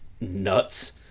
nuts